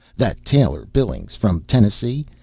that tailor billings, from tennessee,